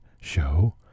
show